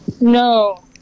No